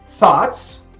Thoughts